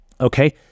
Okay